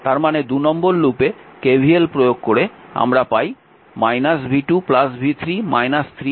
তার মানে 2 নম্বর লুপে KVL প্রয়োগ করে আমরা পাই v2 v3 3 0